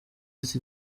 ati